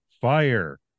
fire